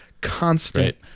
constant